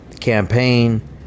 Campaign